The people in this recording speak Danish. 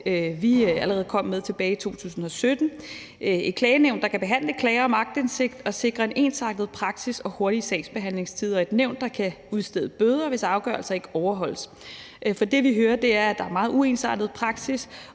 kom med tilbage i 2017, om et klagenævn, der kan behandle klager om aktindsigt og sikre en ensartet praksis og hurtige sagsbehandlingstider; et nævn, der kan udstede bøder, hvis afgørelser ikke overholdes. For det, vi hører, er, at der er meget uensartet praksis,